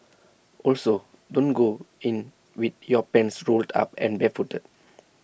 also don't go in with your pants rolled up and barefooted